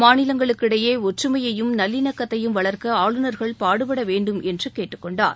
மாநிலங்களுக்கு இடையே ஒற்றுமையயும் நல்லிணக்கத்தையும் வளர்க்க ஆளுநர்கள் பாடுபட வேண்டும் என்று கேட்டுக் கொண்டார்